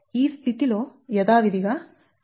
ఈ స్థితిలో యధావిధిగా ఇది 2m 2m